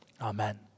Amen